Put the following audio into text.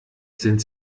sind